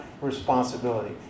responsibility